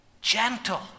gentle